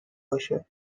باشه